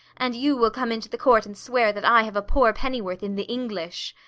and you will come into the court and swear that i have a poor pennyworth in the english.